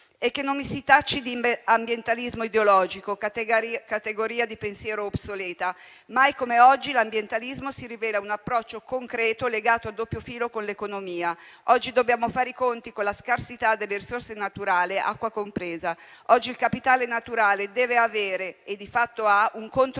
E non mi si tacci di ambientalismo ideologico, categoria di pensiero obsoleta: mai come oggi l'ambientalismo si rivela un approccio concreto, legato a doppio filo con l'economia. Oggi dobbiamo fare i conti con la scarsità delle risorse naturali, acqua compresa. Oggi il capitale naturale deve avere - e di fatto ha - un controvalore